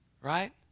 Right